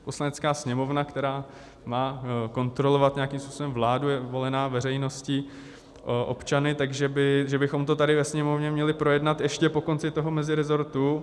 Poslanecká sněmovna, která má kontrolovat nějakým způsobem vládu, je volená veřejností, občany, tak že bychom to tady ve Sněmovně měli projednat ještě po konci toho mezirezortu.